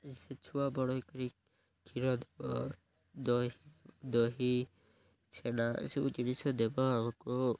ସେ ଛୁଆ ବଢ଼େଇକରି କ୍ଷୀର ଦେବ ଦହି ଦହି ଛେନା ଏସବୁ ଜିନିଷ ଦେବ ଆମକୁ